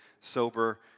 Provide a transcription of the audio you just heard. sober